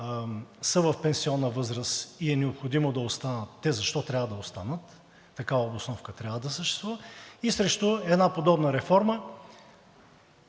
са в пенсионна възраст и е необходимо да останат, те защо трябва да останат – такава обосновка трябва да съществува, и срещу една подобна реформа